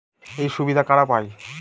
এই সুবিধা কারা পায়?